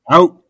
Out